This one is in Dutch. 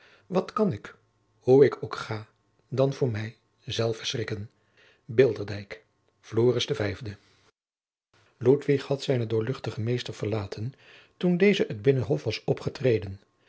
wat kan ik hoe t ook ga dan voor mij zelven schrikken b i l d e r d y k floris de vijfde ludwig had zijnen doorluchtigen meester verlaten toen deze het binnenhof was opgetreden